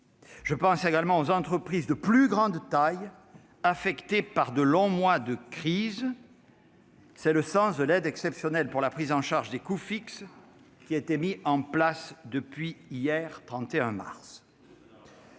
Je pense également aux entreprises de plus grande taille affectées par de longs mois de crise. C'est le sens de l'aide exceptionnelle pour la prise en charge des coûts fixes, qui a été mise en place depuis hier, 31 mars.